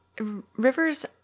Rivers